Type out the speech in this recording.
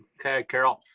okay, carol.